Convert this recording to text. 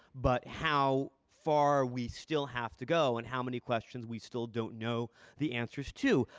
but how far we still have to go and how many questions we still don't know the answers to.